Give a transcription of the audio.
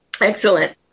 Excellent